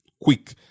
quick